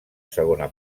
segona